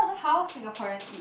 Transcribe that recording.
how Singaporeans eat